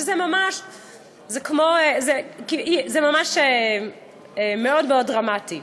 שזה ממש מאוד דרמטי.